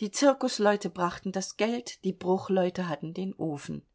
die zirkusleute brachten das geld die bruchleute hatten den ofen